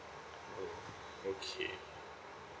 oh okay